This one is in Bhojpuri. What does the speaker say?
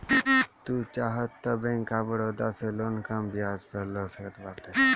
तू चाहअ तअ बैंक ऑफ़ बड़ोदा से लोन कम बियाज पअ ले सकत बाटअ